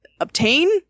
obtain